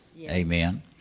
Amen